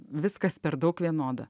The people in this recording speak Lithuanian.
viskas per daug vienoda